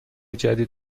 جدید